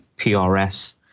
PRS